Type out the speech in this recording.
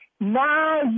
Now